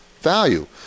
value